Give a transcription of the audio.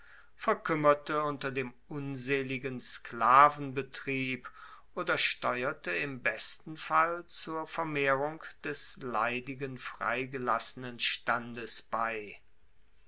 verkuemmerte unter dem unseligen sklavenbetrieb oder steuerte im besten fall zur vermehrung des leidigen freigelassenenstandes bei